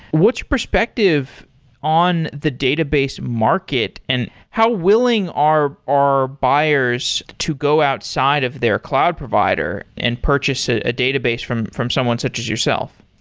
what's your perspective on the database market and how willing are are buyers to go outside of their cloud provider and purchase a database from from someone such as yourself?